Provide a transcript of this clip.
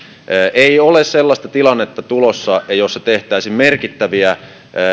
ei ole sellaista tilannetta tulossa jossa tehtäisiin merkittäviä